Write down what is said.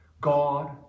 God